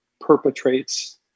perpetrates